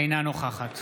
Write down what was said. אינה נוכחת